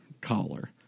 collar